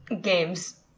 games